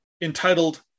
entitled